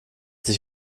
sich